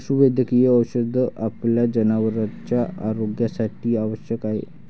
पशुवैद्यकीय औषध आपल्या जनावरांच्या आरोग्यासाठी आवश्यक आहे